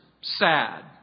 sad